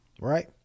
right